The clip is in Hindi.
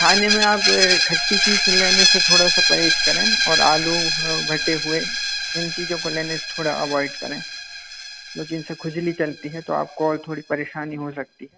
खाने में आपको खट्टी चीज़ लेने से थोड़ा सा परहेज़ करें और आलू भटे हुए इन चीज़ों को लेने से थोड़ा अवॉइड करें क्योंकि इनसे खुजली चलती है तो आपको और थोड़ी परेशानी हो सकती है